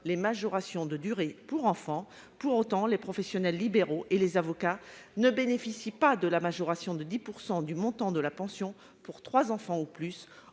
les majorations de durée pour enfant. Pour autant, les professionnels libéraux et les avocats ne bénéficient pas de la majoration de 10 % du montant de la pension pour trois enfants ou plus.